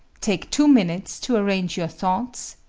take two minutes to arrange your thoughts,